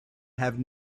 have